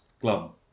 club